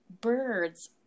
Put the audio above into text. birds